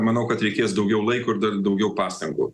manau kad reikės daugiau laiko ir dar daugiau pastangų